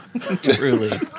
Truly